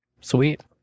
Sweet